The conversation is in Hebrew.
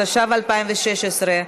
התשע"ו 2016,